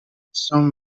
some